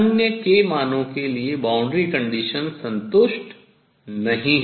अन्य k मानों के लिए boundary conditions सीमा प्रतिबंधों शर्तें संतुष्ट नहीं हैं